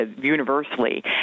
universally